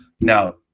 Now